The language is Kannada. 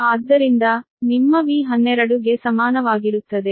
ಆದ್ದರಿಂದ ನಿಮ್ಮ V12 ಗೆ ಸಮಾನವಾಗಿರುತ್ತದೆ